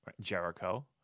Jericho